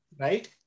right